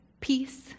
peace